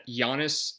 Giannis